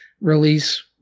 release